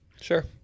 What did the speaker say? Sure